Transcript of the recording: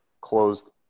closed